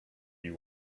you